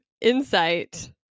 insight